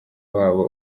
babo